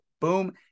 Boom